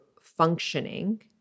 functioning